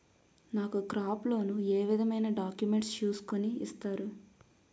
నాకు crop loan ఏ విధమైన డాక్యుమెంట్స్ ను చూస్కుని ఇస్తారు?